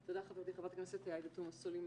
תודה חברתי חברת הכנסת עאידה תומא סלימאן.